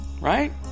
Right